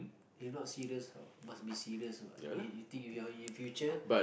if not serious how must be serious what if you think you are in the future